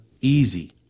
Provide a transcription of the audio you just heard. easy